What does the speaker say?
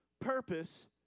purpose